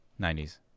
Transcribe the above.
90s